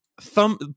thumb